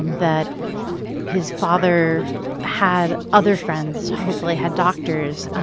um that his father had other friends, hopefully had doctors,